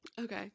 Okay